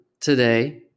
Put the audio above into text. today